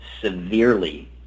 severely